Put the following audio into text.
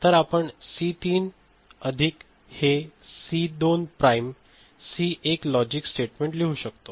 तर आपण सी 3 अधिक हे C 2 prime C 1 logic statement लिहू शकतो